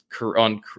on